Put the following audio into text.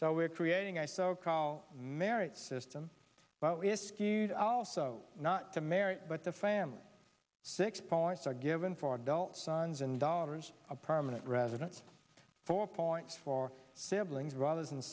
so we're creating i still call merit system but list you'd also not to marry but the family six points are given for adult sons and daughters a permanent residence four point four siblings brothers and